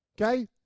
Okay